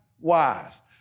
wise